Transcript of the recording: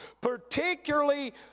particularly